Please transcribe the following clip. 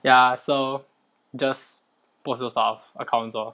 ya so just post those stuff on accounts lor